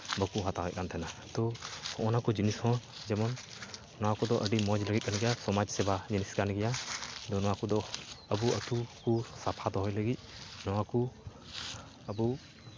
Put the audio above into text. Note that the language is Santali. ᱵᱟᱠᱚ ᱦᱟᱛᱟᱣᱮᱫ ᱠᱟᱱ ᱛᱟᱦᱮᱱᱟ ᱛᱳ ᱦᱚᱸᱜᱼᱱᱟ ᱠᱚ ᱡᱤᱱᱤᱥ ᱦᱚᱸ ᱡᱮᱢᱚᱱ ᱱᱚᱣᱟ ᱠᱚᱫᱚ ᱟᱹᱰᱤ ᱢᱚᱡᱽ ᱜᱮ ᱦᱩᱭᱩᱜ ᱠᱟᱱ ᱜᱮᱭᱟ ᱥᱚᱢᱟᱡᱽ ᱥᱮᱵᱟ ᱡᱤᱱᱤᱥ ᱠᱟᱱ ᱜᱮᱭᱟ ᱟᱫᱚ ᱱᱚᱣᱟ ᱠᱚᱫᱚ ᱟᱵᱚ ᱟᱹᱛᱩ ᱠᱚ ᱥᱟᱯᱷᱟ ᱫᱚᱦᱚᱭ ᱞᱟᱹᱜᱤᱫ ᱱᱚᱣᱟᱠᱚ ᱟᱹᱵᱩ